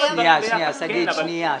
אבל אלה דברים שקיימים.